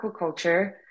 aquaculture